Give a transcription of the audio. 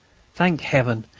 thank heaven!